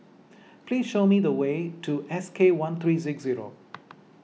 please show me the way to S K one three zero